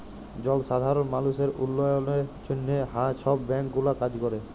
জলসাধারল মালুসের উল্ল্যয়লের জ্যনহে হাঁ ছব ব্যাংক গুলা কাজ ক্যরে